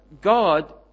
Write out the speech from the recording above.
God